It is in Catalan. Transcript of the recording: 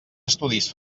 estudis